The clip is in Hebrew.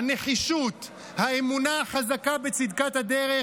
הנחישות, האמונה החזקה בצדקת הדרך,